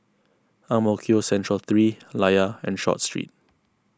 Ang Mo Kio Central three Layar and Short Street